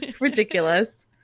Ridiculous